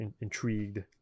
intrigued